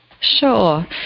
sure